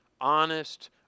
honest